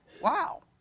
Wow